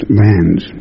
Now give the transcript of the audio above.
lands